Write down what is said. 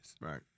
Right